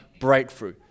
breakthrough